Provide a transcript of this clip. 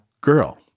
girl